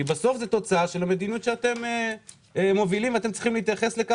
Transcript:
כי בסוף זאת התוצאה של המדיניות שאתם מובילים וצריכים להתייחס אליה,